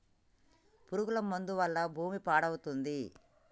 పురుగుల మందు వల్ల భూమి పాడవుతుంది